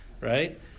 Right